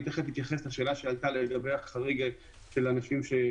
תכף אתייחס לשאלה שעלתה לגבי החריג של אנשים,